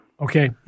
Okay